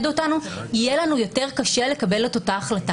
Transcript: אותנו יהיה לנו יותר קשה לקבל את אותה החלטה,